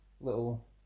little